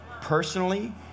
personally